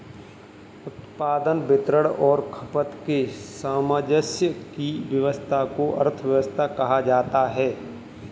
उत्पादन, वितरण और खपत के सामंजस्य की व्यस्वस्था को अर्थव्यवस्था कहा जाता है